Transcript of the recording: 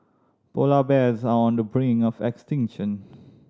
polar bears are on the brink of extinction